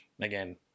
again